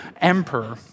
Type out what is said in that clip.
Emperor